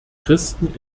christen